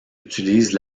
utilisent